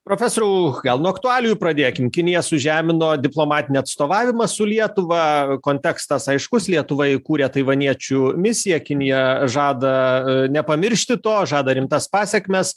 profesoriau gal nuo aktualijų pradėkime kinija sužemino diplomatinį atstovavimą su lietuva kontekstas aiškus lietuva įkūrė taivaniečių misiją kinija žada nepamiršti to žada rimtas pasekmes